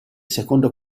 secondo